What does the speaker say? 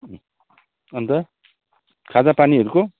अनि त खाजापानीहरूको